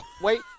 Wait